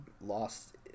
lost